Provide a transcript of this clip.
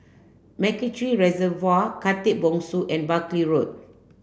MacRitchie Reservoir Khatib Bongsu and Buckley Road